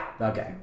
Okay